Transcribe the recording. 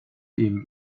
ihm